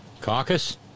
caucus